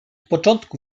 początku